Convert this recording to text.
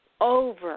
over